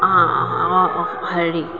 হেৰি